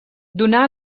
donar